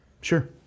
sure